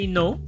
no